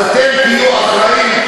אז אתם תהיו אחראים,